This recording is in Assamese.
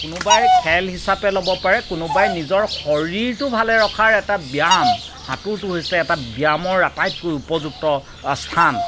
কোনোবাই খেল হিচাপে ল'ব পাৰে কোনোবাই নিজৰ শৰীৰটো ভালে ৰখাৰ এটা ব্যায়াম সাঁতোৰটো হৈছে এটা ব্যায়ামৰ আটাইতকৈ উপযুক্ত স্থান